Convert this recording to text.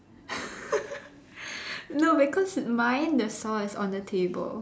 no because mine the saw is on the table